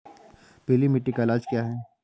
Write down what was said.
पीली मिट्टी का इलाज क्या है?